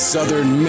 Southern